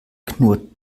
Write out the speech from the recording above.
knurrt